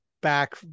back